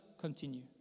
continue